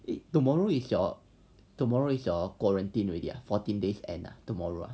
eh tomorrow is your tomorrow is your quarantine already ah fourteen days end tomorrow